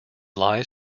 lies